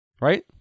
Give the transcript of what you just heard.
right